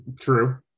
true